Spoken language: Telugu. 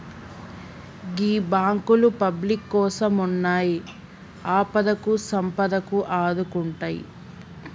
గీ బాంకులు పబ్లిక్ కోసమున్నయ్, ఆపదకు సంపదకు ఆదుకుంటయ్